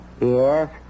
Yes